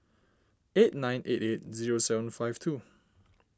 eight nine eight eight zero seven five two